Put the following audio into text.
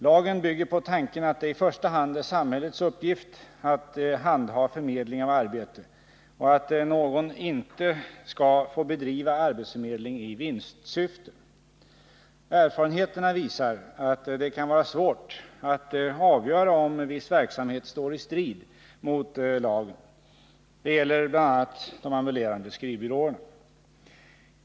Lagen bygger på tanken att det i första hand är samhällets uppgift att handha förmedling av arbete och att ingen skall få bedriva arbetsförmedling i vinstsyfte. Efarenheterna visar att det kan vara svårt att avgöra om viss verksamhet står i strid mot lagen. Detta gäller bl.a. de ambulerande skrivbyråerna.